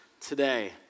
today